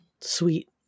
sweet